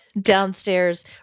downstairs